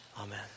amen